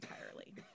entirely